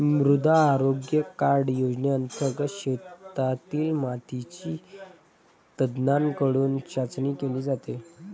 मृदा आरोग्य कार्ड योजनेंतर्गत शेतातील मातीची तज्ज्ञांकडून चाचणी केली जाते